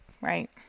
Right